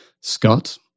Scott